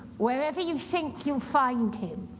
wherever you think you'll find him,